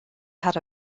had